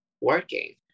working